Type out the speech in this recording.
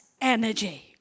energy